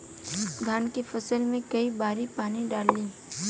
धान के फसल मे कई बारी पानी डाली?